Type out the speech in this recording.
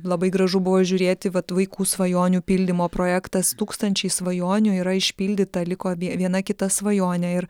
labai gražu buvo žiūrėti vat vaikų svajonių pildymo projektas tūkstančiai svajonių yra išpildyta liko vie viena kita svajonė ir